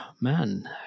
Man